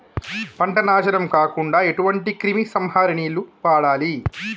పంట నాశనం కాకుండా ఎటువంటి క్రిమి సంహారిణిలు వాడాలి?